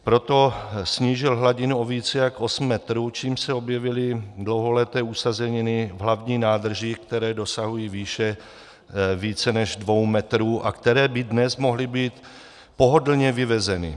Proto snížil hladinu o víc než osm metrů, čímž se objevily dlouholeté usazeniny v hlavní nádrži, které dosahují výše více než dvou metrů a které by dnes mohly být pohodlně vyvezeny.